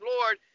Lord